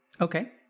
Okay